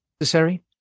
necessary